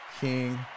King